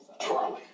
Charlie